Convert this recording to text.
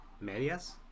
Medias